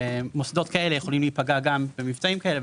מוסדות כאלה יכולים להיפגע גם במבצעים כאלה,